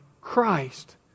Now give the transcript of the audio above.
Christ